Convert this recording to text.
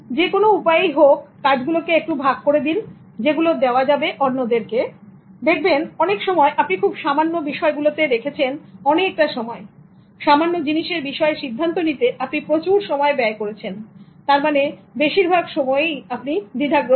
যে কোন উপায়েই হোক কাজগুলোকে একটু ভাগ করে দিন যেগুলো দেওয়া যাবে অন্যদেরকে দেখবেন অনেক সময় আপনি খুব সামান্য বিষয় গুলোতে রেখেছেন সময়সামান্য জিনিসের বিষয়ে সিদ্ধান্ত নিতে আপনি প্রচুর সময় ব্যয় করেছেন তারমানে বেশিরভাগ সময়ই আপনি দ্বিধাগ্রস্থ